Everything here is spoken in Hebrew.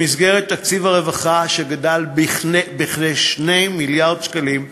במסגרת תקציב הרווחה, שגדל בכ-2 מיליארד שקלים,